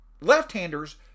left-handers